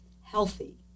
healthy